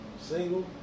single